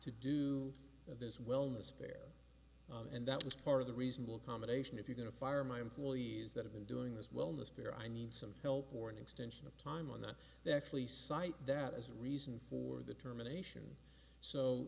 to do this wellness fair and that was part of the reasonable accommodation if you're going to fire my employees that have been doing this wellness fair i need some help or an extension of time on that they actually cite that as reason for the terminations so